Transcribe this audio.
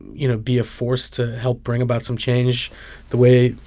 you know, be a force to help bring about some change the way,